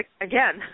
Again